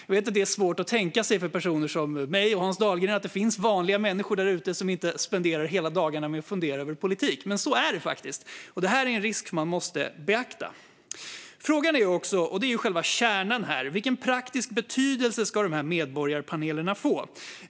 Jag vet att det är svårt att tänka sig för personer som Hans Dahlgren och mig att det finns vanliga människor där ute som inte spenderar hela dagarna med att fundera över politik. Men så är det faktiskt, och det här är en risk som man måste beakta. Frågan är också, vilket är själva kärnan, vilken praktisk betydelse dessa medborgarpaneler ska få.